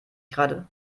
gerade